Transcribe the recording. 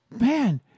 man